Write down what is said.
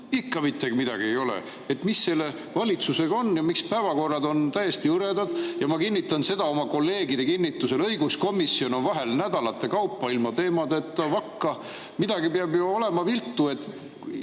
ikka mitte midagi ei ole. Mis selle valitsusega on ja miks päevakorrad on täiesti hõredad? Ma [väidan] seda oma kolleegide kinnituse peale: õiguskomisjon on vahel nädalate kaupa ilma teemadeta vakka. Midagi peab viltu olema. Mingit